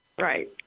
Right